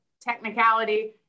technicality